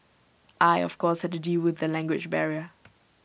I of course had to deal with the language barrier